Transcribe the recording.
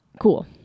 cool